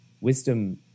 Wisdom